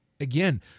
again